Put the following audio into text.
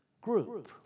group